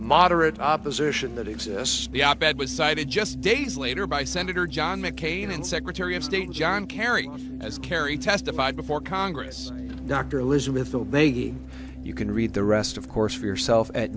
moderate opposition that exists the op ed was cited just days later by senator john mccain and secretary of state john kerry as kerry testified before congress dr elizabeth o'bagy you can read the rest of course for yourself at